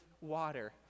water